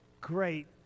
great